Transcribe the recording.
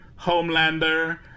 Homelander